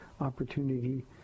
opportunity